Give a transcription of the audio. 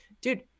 Dude